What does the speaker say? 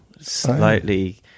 slightly